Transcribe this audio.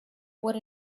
what